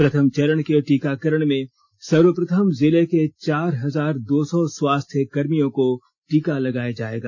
प्रथम चरण के टीकाकरण में सर्वप्रथम जिले के चार हजार दो सौ स्वास्थ्य कर्मियों को टीका लगाया जाएगा